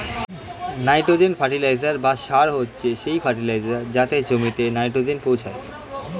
nitrogen fertiliser বা সার হচ্ছে সেই ফার্টিলাইজার যাতে জমিতে নাইট্রোজেন পৌঁছায়